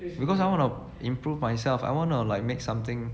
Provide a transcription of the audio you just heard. because I want to improve myself I want to like make something